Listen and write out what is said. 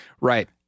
Right